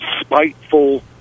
spiteful